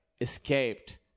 escaped